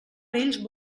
vells